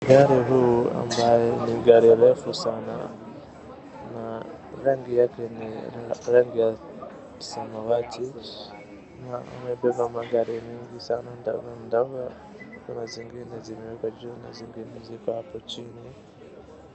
Gari hii ambayo ni gari refu sana na rangi yake ni rangi ya samawati imebeba magari mengi sana ndogondogo, kuna zingine zimewekwa juu na zingien ziko hapo chini.